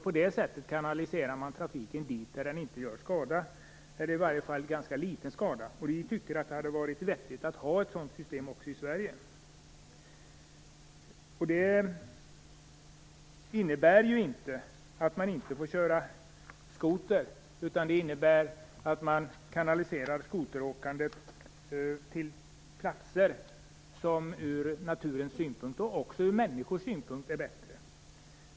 På det sättet kanaliserar man trafiken till platser där den inte gör skada eller i varje fall ganska liten skada. Vi tycker att det hade varit vettigt att ha ett sådant system också i Sverige. Det innebär ju inte att man inte får köra skoter, utan det innebär att man kanaliserar skoteråkandet till platser som ur naturens synpunkt, och även ur människors synpunkt, är bättre.